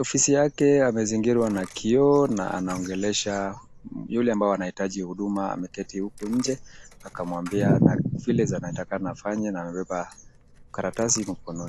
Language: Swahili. ofisi yake. Amezingirwa na kioo na anaongelesha yule ambaye anahitaji huduma, ameketi huku nje akamwambia vile anatakikana afanye na amebeba karatasi mkononi.